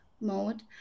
mode